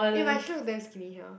eh but she look damn skinny here